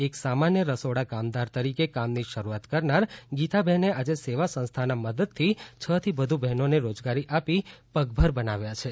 એક સામાન્ય રસોડા કામદાર તરીકે કામની શરૂઆત કરનાર ગીતા બહેને આજે સેવા સંસ્થાના મદદથી છ થી વધુ બહેનોને રોજગારી આપી પગભર બનાવ્યા છે